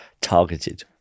targeted